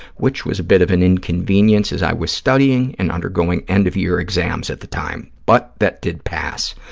which was a bit of an inconvenience as i was studying and undergoing end-of-year exams at the time. but that did pass.